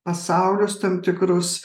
pasaulius tam tikrus